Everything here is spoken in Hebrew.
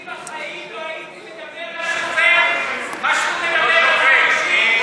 אני בחיים לא הייתי מדבר על שופט כמו שהוא מדבר על רב ראשי.